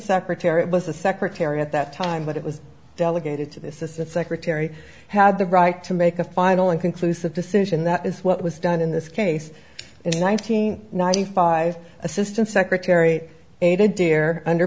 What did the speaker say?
secretary it was a secretary at that time but it was delegated to this it secretary had the right to make a final and conclusive decision that is what was done in this case in nineteen ninety five assistant secretary a dear under